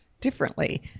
Differently